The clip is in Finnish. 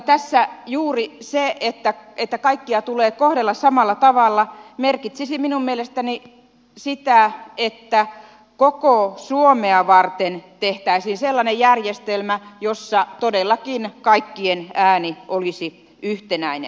tässä juuri se että kaikkia tulee kohdella samalla tavalla merkitsisi minun mielestäni sitä että koko suomea varten tehtäisiin sellainen järjestelmä jossa todellakin kaikkien ääni olisi yhtenäinen